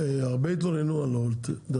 הרבה התלוננו על וולט.